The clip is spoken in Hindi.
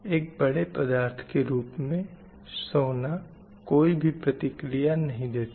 एक बड़े पदार्थ के रूप में सोना कोई भी प्रतिक्रिया नहीं देता है